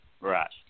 Right